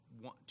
one